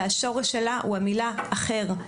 והשורש שלה הוא המילה א-ח-ר.